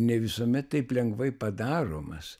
ne visuomet taip lengvai padaromas